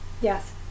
Yes